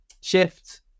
shift